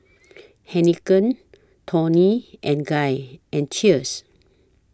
Heinekein Toni and Guy and Cheers